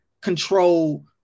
control